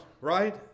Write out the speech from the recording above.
right